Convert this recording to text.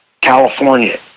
California